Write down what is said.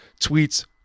tweets